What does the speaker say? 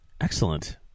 Excellent